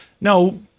No